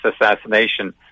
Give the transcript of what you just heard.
assassination